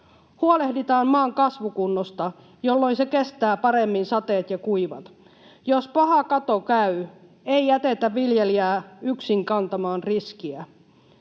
Huolehditaan maan kasvukunnosta, jolloin se kestää paremmin sateet ja kuivat. Jos paha kato käy, ei jätetä viljelijää yksin kantamaan riskiä.